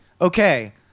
okay